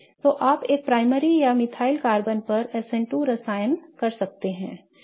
तो आप एक प्राइमरी या मिथाइल कार्बन पर SN2 रसायन कर सकते हैं